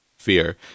fear